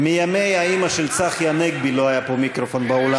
מימי האימא של צחי הנגבי לא היה פה מיקרופון באולם.